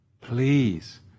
please